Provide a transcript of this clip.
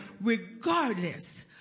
regardless